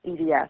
EDS